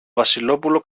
βασιλόπουλο